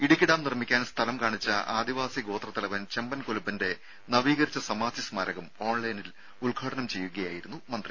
Idukki dam നിർമ്മിക്കാൻ സ്ഥലം കാണിച്ച ആദിവാസി ഗോത്രത്തലവൻ ചെമ്പൻ കൊലുമ്പന്റെ നവീകരിച്ച സമാധി സ്മാരകം ഓൺലൈനിൽ ഉദ്ഘാടനം ചെയ്യുകയായിരുന്നു മന്ത്രി